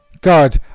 God